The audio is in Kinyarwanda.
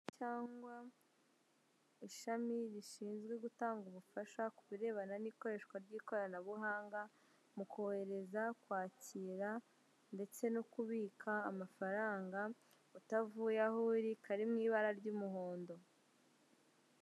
Cyangwa ishami rishinzwe gutanga ubufasha ku birebana n'ikoreshwa ry'ikoranabuhanga mu kohereza, kwakira, ndetse no kubika amafaranga utavuye aho uri kari mu ibara ry'umuhondo.